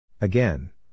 Again